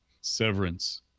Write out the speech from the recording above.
Severance